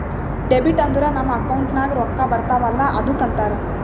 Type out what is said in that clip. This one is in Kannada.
ಡೆಬಿಟ್ ಅಂದುರ್ ನಮ್ ಅಕೌಂಟ್ ನಾಗ್ ರೊಕ್ಕಾ ಬರ್ತಾವ ಅಲ್ಲ ಅದ್ದುಕ ಅಂತಾರ್